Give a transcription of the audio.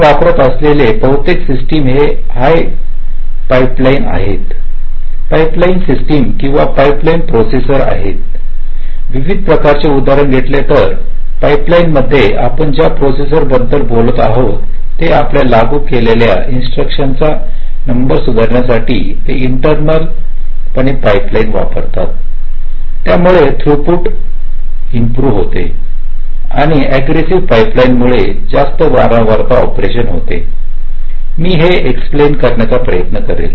आपण वापरत असलेली बहुतेक सस्टीम हे हायली पाईपलाइन आहेत पाइपलाइन सिस्टिम किंवा पाइपलाइन प्रोसेसर आहेत विविध प्रकारचे उदाहरणार्थ टिपिकल इिंस्टरक्शन पाइपलाइनमध्ये आपण ज्या प्रोसेसर बद्दल बोलतो आहोत ते आपण लागू केलेल्या इन्स्ट्रक्शन चा नंबर सुधारण्यासाठी ते इिंटरनल पणे पाईपलाइनिंग वापरतात यामुळे थ्रूपूट इिंप्रोि होते आणि अग्रेसव्ह पाइपलाइनिंग मुळे जास्त वारंवारता ऑपरेशन होते मी हे एक्स्प्लेन करण्याचा प्रयत्न करेन